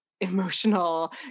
emotional